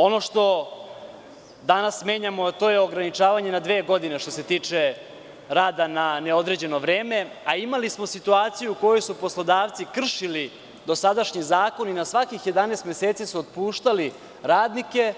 Ono što danas menjamo to je ograničavanje na dve godine, što se tiče rada na neodređeno vreme, a imali smo situaciju u kojoj su poslodavci kršili dosadašnji zakon i na svakih 11 meseci su otpuštali radnike,